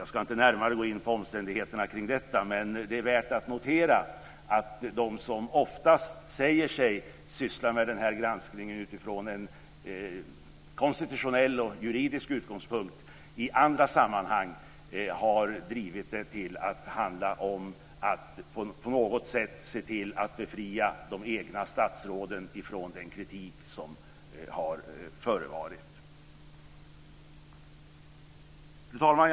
Jag ska inte närmare gå in på omständigheterna kring det här, men det är värt att notera att de som oftast säger sig syssla med denna granskning utifrån en konstitutionell och juridisk utgångspunkt i andra sammanhang har drivit den till att handla om att på något sätt se till att befria de egna statsråden från den kritik som har förevarit. Fru talman!